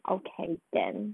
okay then